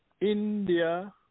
India